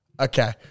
okay